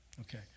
Okay